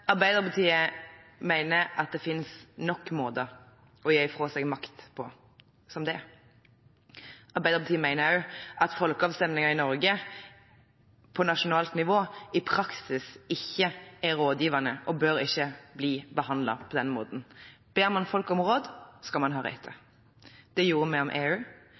Arbeiderpartiet mener at det finnes nok måter å gi fra seg makt på som det er. Arbeiderpartiet mener også at folkeavstemninger i Norge på nasjonalt nivå i praksis ikke er rådgivende og ikke bør bli behandlet på den måten. Ber man folk om råd, skal man høre etter – det gjorde vi om EU,